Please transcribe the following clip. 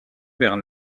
vers